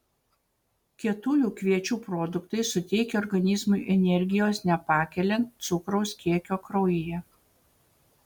kietųjų kviečių produktai suteikia organizmui energijos nepakeliant cukraus kiekio kraujyje